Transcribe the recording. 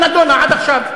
זאת הצעה שלא נדונה עד עכשיו.